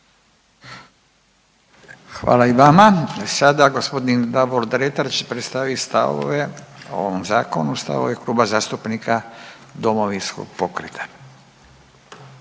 Hvala i vama. Sada g. Davor Dretar će predstaviti stavove o ovom Zakonu, stavove Kluba zastupnika Domovinskog pokreta.